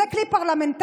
זה כלי פרלמנטרי,